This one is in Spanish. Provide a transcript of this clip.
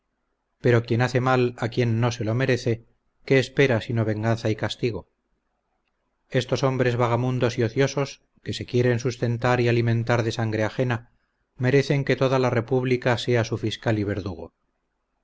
ero quien hace mal a quien no se lo merece qué espera sino venganza y castigo estos hombres vagamundos y ociosos que se quieren sustentar y alimentar de sangre ajena merecen que toda la república sea su fiscal y verdugo